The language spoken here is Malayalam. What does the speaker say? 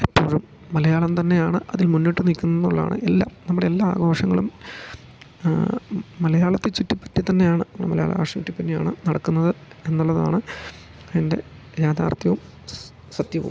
എപ്പോഴും മലയാളം തന്നെയാണ് അതിൽ മുന്നോട്ട് നിക്ക്ന്നുള്ളാണ് എല്ലാ നമ്മുടെ എല്ലാ ആഘോഷങ്ങളും മലയാളത്തെ ചുറ്റിപ്പറ്റി തന്നെയാണ് മലയാള ഭാഷ ചുറ്റിപ്പറ്റിയാണ് നടക്ക്ന്നത് എന്ന്ള്ളതാണ് എൻ്റെ യാഥാർത്ഥ്യവും സത്യവും